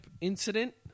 incident